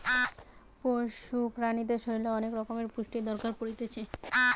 পশু প্রাণীদের শরীরের অনেক রকমের পুষ্টির দরকার পড়তিছে